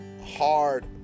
Hard